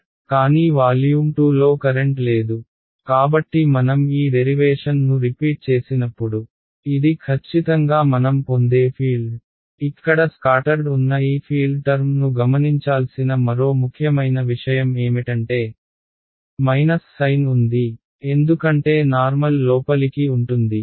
కానీ వాల్యూమ్ 2 లో కరెంట్ లేదు కాబట్టి మనం ఈ డెరివేషన్ను రిపీట్ చేసినప్పుడు ఇది ఖచ్చితంగా మనం పొందే ఫీల్డ్ ఇక్కడ స్కాటర్డ్ ఉన్న ఈ ఫీల్డ్ టర్మ్ను గమనించాల్సిన మరో ముఖ్యమైన విషయం ఏమిటంటే మైనస్ సైన్ ఉంది ఎందుకంటే నార్మల్ లోపలికి ఉంటుంది